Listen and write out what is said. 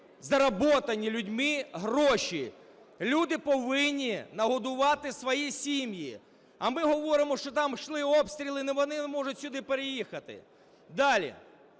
зароблені людьми гроші. Люди повинні нагодувати свої сім'ї. А ми говоримо, що там йшли обстріли, вони не можуть сюди переїхати. Далі.